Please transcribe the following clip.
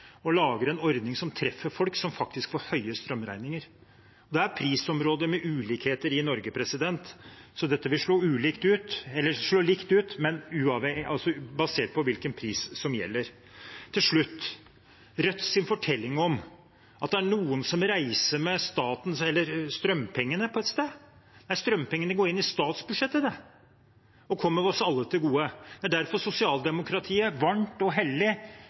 en ordning som treffer folk som faktisk får høye strømregninger. Det er prisområder med ulikheter i Norge, så dette vil slå likt ut, basert på hvilken pris som gjelder. Til slutt til Rødts fortelling om at det er noen som reiser et sted med strømpengene: Strømpengene går inn i statsbudsjettet og kommer oss alle til gode. Det er derfor sosialdemokratiet varmt og